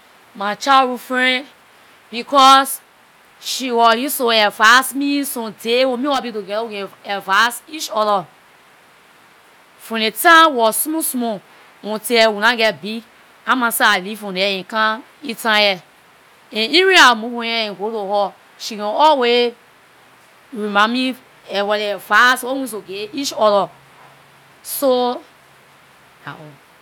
My childhood friend, because she wor used to advice me. Some days wen me and her be together, we can advice each other. From the time we were small small, until we nah geh big- I myself I leave from there and come in town here; and even if I leave from here and go to her, she can always remind me about the advice wor we used to give each other. So dah all.